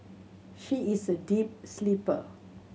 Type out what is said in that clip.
she is a deep sleeper